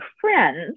friends